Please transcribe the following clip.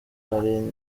hari